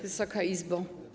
Wysoka Izbo!